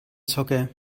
zocker